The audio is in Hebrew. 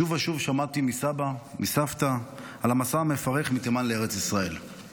שוב ושוב שמעתי מסבא וסבתא על המסע המפרך מתימן לארץ ישראל.